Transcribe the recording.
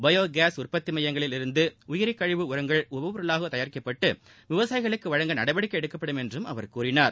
bio gas உற்பத்தி மையங்களில் இருந்து உயிரி கழிவு உரங்கள் உபபொருளாக தயாரிக்கப்பட்டு விவசாயிகளுக்கு வழங்க நடவடிக்கை எடுக்கப்படும் என்றும் அவர் கூறினார்